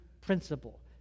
principle